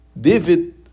David